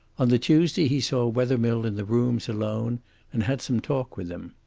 on the tuesday he saw wethermill in the rooms alone and had some talk with him.